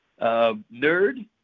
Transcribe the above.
Nerd